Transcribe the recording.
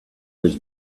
was